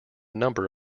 number